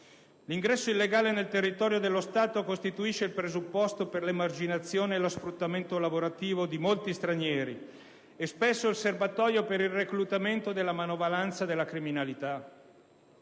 L'ingresso illegale nel territorio dello Stato costituisce il presupposto per l'emarginazione e lo sfruttamento lavorativo di molti stranieri e, spesso, il serbatoio per il reclutamento della manovalanza della criminalità.